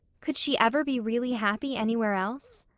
could she ever be really happy anywhere else?